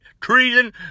treason